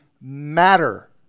matter